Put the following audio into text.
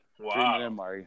Wow